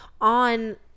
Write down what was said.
on